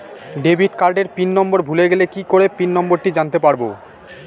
Debit কার্ডের pin number ভুলে গেলে কি করে পিন নম্বরটি জানতে পারবো?